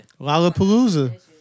Lollapalooza